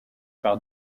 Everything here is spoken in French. par